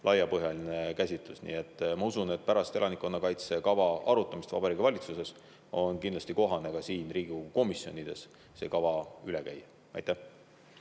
laiapõhjaline käsitlus. Ma usun, et pärast elanikkonnakaitse kava arutamist Vabariigi Valitsuses on kindlasti kohane ka Riigikogu komisjonides see kava üle käia. Aitäh!